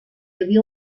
havia